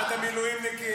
סעיפים 1